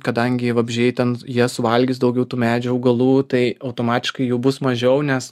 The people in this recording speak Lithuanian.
kadangi vabzdžiai ten jie valgys daugiau tų medžių augalų tai automatiškai jų bus mažiau nes